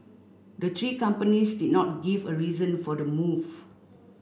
the three companies did not give a reason for the move